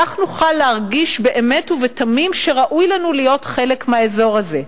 כך נוכל להרגיש באמת ובתמים שראוי לנו להיות חלק מהאזור הזה,